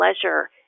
pleasure